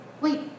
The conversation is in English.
wait